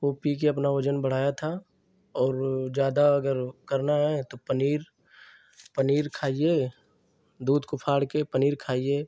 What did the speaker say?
वह पीकर अपना वज़न बढ़ाया था और ज़्यादा अगर करना है तो पनीर पनीर खाइए दूध को फाड़कर पनीर खाइए